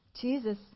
Jesus